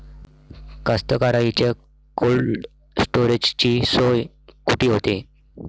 कास्तकाराइच्या कोल्ड स्टोरेजची सोय कुटी होते?